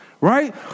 Right